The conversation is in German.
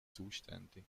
zuständig